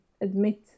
admit